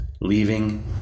leaving